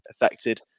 affected